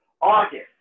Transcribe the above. August